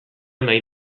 nahi